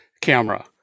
camera